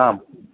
आम्